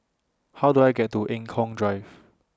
How Do I get to Eng Kong Drive